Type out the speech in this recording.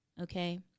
okay